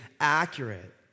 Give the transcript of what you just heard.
accurate